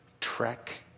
trek